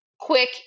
quick